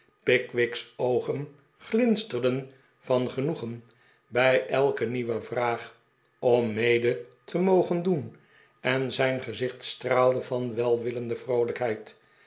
pickwick's oogen glinsterden van genoegen bij elke nieuwe vraag om mede te mogen doen en zijn gezicht straalde van welwillende vroolijkheid